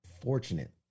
fortunate